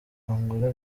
angola